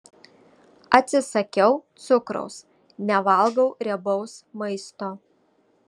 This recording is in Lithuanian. atsisakiau cukraus nevalgau riebaus maisto